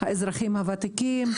האזרחים הוותיקים,